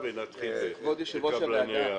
כבוד יושב-ראש הוועדה,